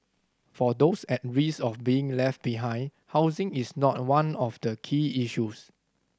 for those at risk of being left behind housing is not one of the key issues